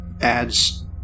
adds